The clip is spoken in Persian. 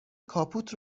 کاپوت